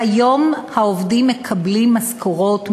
והיום העובדים מקבלים משכורות.